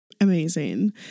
Amazing